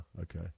okay